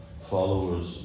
followers